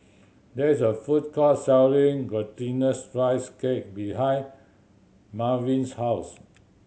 there is a food court selling Glutinous Rice Cake behind Mervin's house